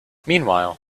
meanwhile